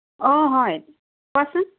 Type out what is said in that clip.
অঁ হয় কোৱাচোন